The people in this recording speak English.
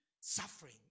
suffering